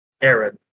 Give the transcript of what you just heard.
Aaron